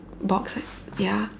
box ya